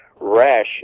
rash